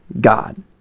God